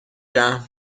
رحم